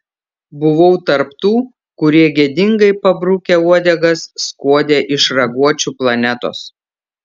buvau tarp tų kurie gėdingai pabrukę uodegas skuodė iš raguočių planetos